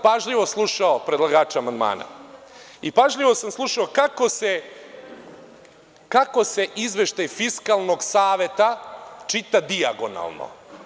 Pažljivo sam slušao predlagača amandmana i pažljivo sam slušao kako se izveštaj Fiskalnog saveta čita dijagonalno.